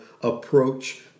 approach